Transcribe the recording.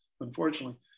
unfortunately